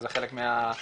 זה חלק מהדינאמיקה.